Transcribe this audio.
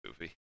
movie